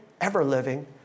ever-living